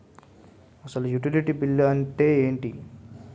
అసలు utility bill అంతే ఎంటి?